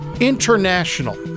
International